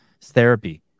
therapy